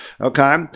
Okay